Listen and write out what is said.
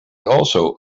also